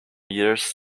years